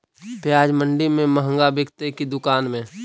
प्याज मंडि में मँहगा बिकते कि दुकान में?